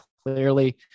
clearly